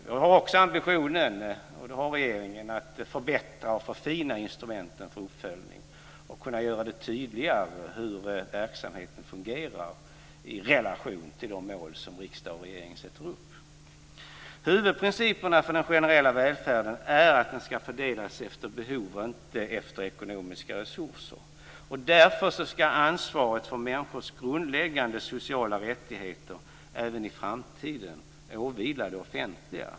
Jag har också ambitionen, liksom regeringen, att förbättra och förfina instrumenten för uppföljning och kunna göra det tydligare hur verksamheten fungerar i relation till de mål som riksdag och regering sätter upp. Huvudprinciperna för den generella välfärden är att den ska fördelas efter behov och inte efter ekonomiska resurser. Därför ska ansvaret för människors grundläggande sociala rättigheter även i framtiden åvila det offentliga.